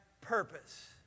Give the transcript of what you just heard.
purpose